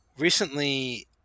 Recently